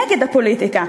נגד הפוליטיקה,